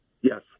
Yes